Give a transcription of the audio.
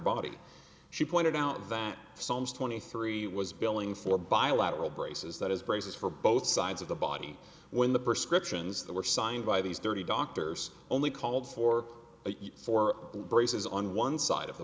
body she pointed out that psalms twenty three was billing for bilateral braces that is braces for both sides of the body when the prescriptions that were signed by these thirty doctors only called for four braces on one side of the